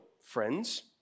friends